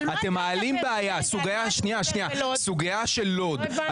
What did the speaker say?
אתם מעלים בעיה, סוגיה של לוד.